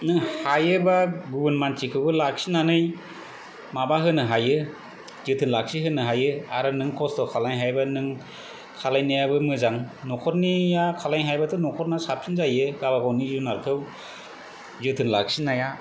नों हायोबा गुबुन मानसिखौबो लाखिनानै माबा होनो हायो जोथोन लाखि होनो हायो आरो नों कस्त' खालाय हायोबा नों खालायनायाबो मोजां नखरनिआ खालायनो हायोबाथ' नखरना साबसिन जायो गावबा गावनि जुनारखौ जोथोन लाखिनाया